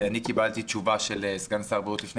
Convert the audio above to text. אני קיבלתי תשובה של סגן שר הבריאות לפני